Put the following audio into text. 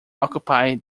occupied